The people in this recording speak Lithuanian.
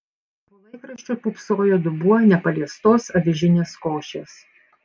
po laikraščiu pūpsojo dubuo nepaliestos avižinės košės